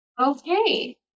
Okay